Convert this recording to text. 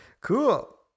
Cool